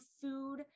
food